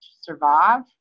survive